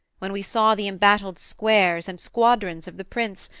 when we saw the embattled squares, and squadrons of the prince,